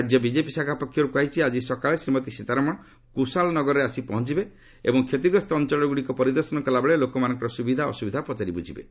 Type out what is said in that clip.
ରାଜ୍ୟ ବିଜେପି ଶାଖା ପକ୍ଷରୁ କୁହାଯାଇଛି ଆଜି ସକାଳେ ଶ୍ରୀମତୀ ସୀତାରମଣ କୁଶାଳ ନଗରରେ ଆସି ପହଞ୍ଚିବେ ଏବଂ କ୍ଷତିଗ୍ରସ୍ତ ଅଞ୍ଚଳଗୁଡ଼ିକ ପରିଦର୍ଶନ କଲାବେଳେ ଲୋକମାନଙ୍କର ସୁବିଧା ଅସୁବିଧା ପଚାରି ବୁଝିବେ